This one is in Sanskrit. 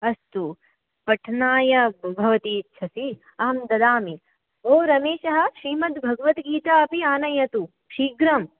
अस्तु पठनाय भवति इच्छसि अहं ददामि भोः रमेशः श्रीमद्भगवद्गीता अपि आनयतु शीघ्रं